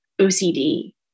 OCD